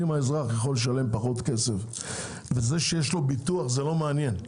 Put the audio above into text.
אם האזרח יכול לשלם פחות כסף וזה שיש לו ביטוח זה לא מעניין.